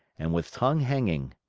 and with tongue hanging.